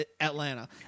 Atlanta